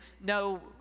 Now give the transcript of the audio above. no